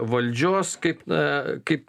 valdžios kaip na kaip